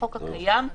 החוק הקיים,